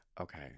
okay